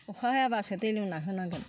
अखा हायाबासो दै लुना होनांगोन